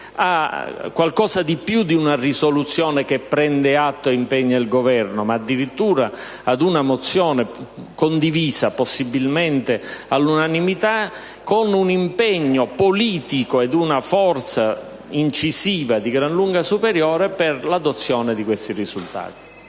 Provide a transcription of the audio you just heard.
a qualcosa di più di una risoluzione che prende atto e impegna il Governo: addirittura ad una mozione condivisa, possibilmente all'unanimità, con un impegno politico e una forza incisiva di gran lunga superiore per il perseguimento di questi risultati.